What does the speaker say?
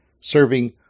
serving